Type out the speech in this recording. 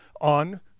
on